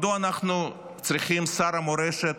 מדוע אנחנו צריכים שר מורשת